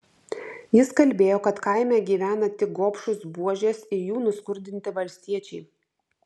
jis kalbėjo kad kaime gyvena tik gobšūs buožės ir jų nuskurdinti valstiečiai